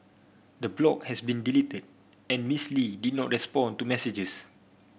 the blog has been deleted and Miss Lee did not respond to messages